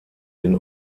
den